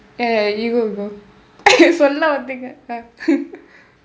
err you go go சொல்ல வந்தீங்க:solla vandthiingka ah